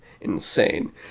insane